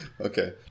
Okay